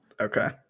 Okay